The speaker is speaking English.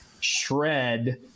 shred